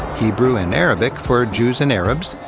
hebrew and arabic for jews and arabs,